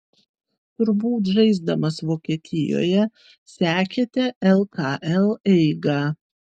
turbūt žaisdamas vokietijoje sekėte lkl eigą